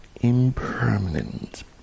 impermanent